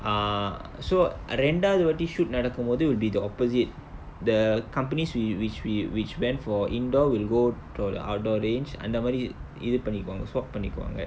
err so ah ரெண்டாவது வாட்டி:rendaavathu vaatti shoot நடக்கும்போது:nadakumpothu will be the opposite the companies we which we which went for indoor will go to the outdoor range அந்தமாரி இது இது பண்ணிக்குவாங்க:anthamaari ithu ithu pannikkuvaanga swap பண்ணிக்குவாங்க:pannikkuvaanga